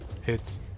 Hits